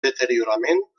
deteriorament